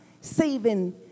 saving